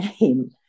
name